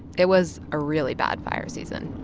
it was a really bad fire season